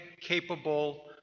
capable